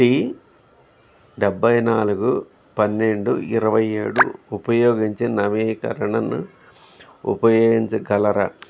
tea డెబ్బై నాలుగు పన్నెండు ఇరవై ఏడు ఉపయోగించి నవీకరణను ఉపయోగించగలరా